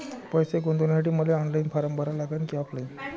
पैसे गुंतन्यासाठी मले ऑनलाईन फारम भरा लागन की ऑफलाईन?